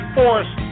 force